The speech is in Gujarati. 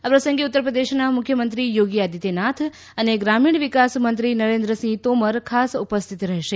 આ પ્રસંગે ઉત્તરપ્રદેશનાં મુખ્યમંત્રી યોગી આદિત્યનાથ અને ગ્રામીણ વિકાસમંત્રી નરેન્દ્રસિંહ તોમર ખાસ ઉપસ્થિત રહેશે